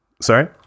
sorry